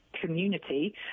community